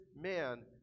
man